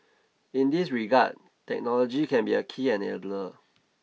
in this regard technology can be a key enabler